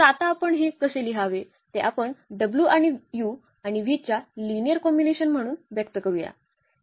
तर आता आपण हे कसे लिहावे ते आपण w आणि u आणि v च्या लिनिअर कॉम्बिनेशन म्हणून व्यक्त करूया